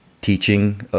teaching